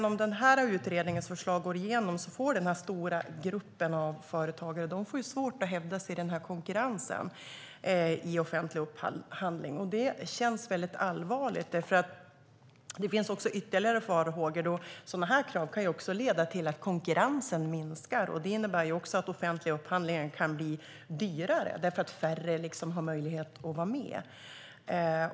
Om den här utredningens förslag går igenom får denna stora grupp av företagare svårt att hävda sig i konkurrensen i offentlig upphandling. Det känns väldigt allvarligt. Det finns också ytterligare farhågor om att sådana här krav kan leda till att konkurrensen minskar, och det innebär att offentliga upphandlingar kan bli dyrare eftersom färre har möjlighet att vara med.